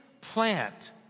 plant